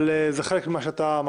אבל זה חלק ממה שאמרת.